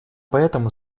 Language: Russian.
поэтому